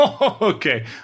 Okay